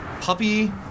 puppy